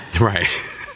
right